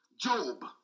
Job